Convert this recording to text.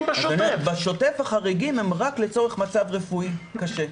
בשוטף החריגים הם רק לצורך מצב רפואי קשה.